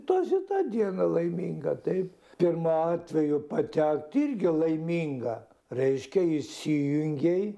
tau šita diena laiminga taip pirmu atveju patekt irgi laiminga reiškia įsijungei